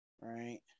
right